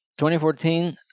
2014